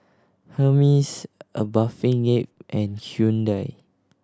Hermes A Bathing Ape and Hyundai